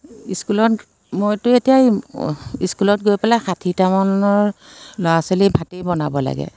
স্কুলত মইটো এতিয়া স্কুলত গৈ পেলাই ষাঠিটামানৰ ল'ৰা ছোৱালীৰ ভাতেই বনাব লাগে